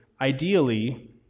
ideally